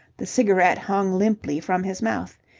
the cigarette hung limply from his mouth.